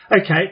Okay